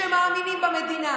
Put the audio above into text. בניגוד אליך,